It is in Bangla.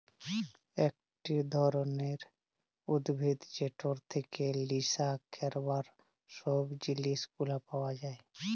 একট ধরলের উদ্ভিদ যেটর থেক্যে লেসা ক্যরবার সব জিলিস গুলা পাওয়া যায়